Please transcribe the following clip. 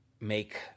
make